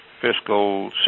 fiscal